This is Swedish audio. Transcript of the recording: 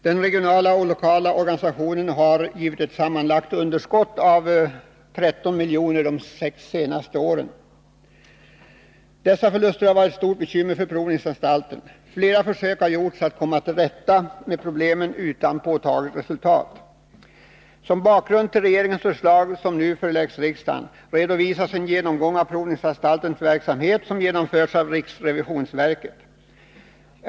Den regionala och lokala organisationen har gett ett sammanlagt underskott på 13 milj.kr. de senaste sex åren. Dessa förluster har varit ett stort bekymmer för provningsanstalten. Flera försök har gjorts för att komma till rätta med problemen, utan påtagligt resultat. Som bakgrund till regeringens förslag, som nu föreläggs riksdagen, redovisas en genomgång av provningsanstaltens verksamhet som genomförts av riksrevisionsverket.